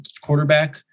quarterback